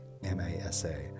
MASA